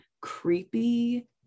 creepy